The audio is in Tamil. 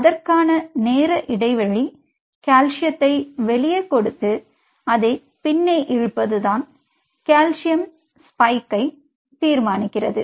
அதற்கான நேர இடைவெளி கால்சியத்தை வெளியே கொடுத்து அதை பின்னால் இழுப்பதுதான் கால்சியம் ஸ்பைக்கை தீர்மானிக்கிறது